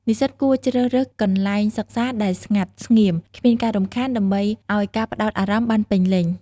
និស្សិតគួរជ្រើសរើសកន្លែងសិក្សាដែលស្ងាត់ស្ងៀម គ្មានការរំខាន ដើម្បីឲ្យការផ្ដោតអារម្មណ៍បានពេញលេញ។